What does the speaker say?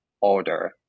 order